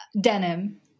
Denim